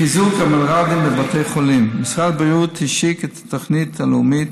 חיזוק המלר"דים בבתי החולים: משרד הבריאות השיק את התוכנית הלאומית